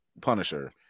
Punisher